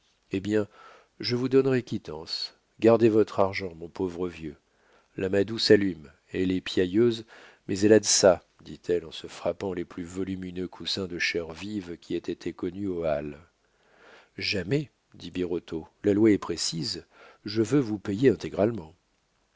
eh bien je vous donnerai quittance gardez votre argent mon pauvre vieux la madou s'allume elle est piailleuse mais elle a de ça dit-elle en se frappant les plus volumineux coussins de chair vive qui aient été connus aux halles jamais dit birotteau la loi est précise je veux vous payer intégralement